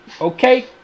Okay